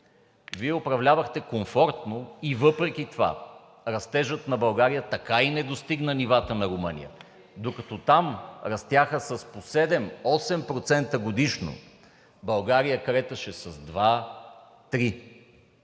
Вие управлявахте комфортно и въпреки това растежът на България така и не достигна нивата на Румъния, докато там растяха с по 7 – 8% годишно, България креташе с 2 – 3%.